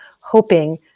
hoping